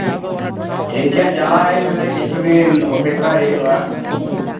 ᱴᱷᱤᱠ ᱜᱮᱭᱟ ᱪᱟᱞᱟᱜ ᱟᱹᱧ ᱢᱟᱱᱮ ᱠᱤᱪᱷᱩ ᱫᱤᱱ ᱚᱯᱮᱠᱠᱷᱟᱭ ᱦᱩᱭᱩᱜᱼᱟ